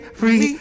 free